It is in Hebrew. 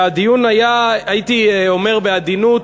והדיון היה, הייתי אומר בעדינות,